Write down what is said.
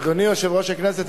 אדוני יושב-ראש הכנסת,